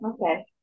okay